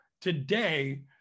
today